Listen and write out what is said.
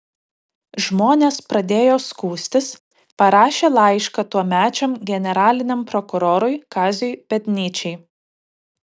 žmonės pradėjo skųstis parašė laišką tuomečiam generaliniam prokurorui kaziui pėdnyčiai